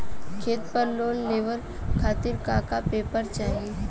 खेत पर लोन लेवल खातिर का का पेपर चाही?